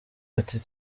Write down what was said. ati